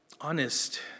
honest